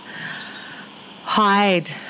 hide